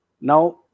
now